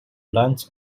learned